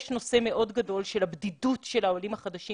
יש נושא מאוד גדול של הבדידות של העולים החדשים